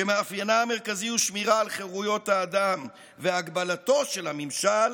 שמאפיינה המרכזי הוא שמירה על חירויות האדם והגבלתו של הממשל,